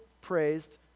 praised